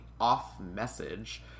off-message